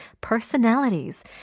personalities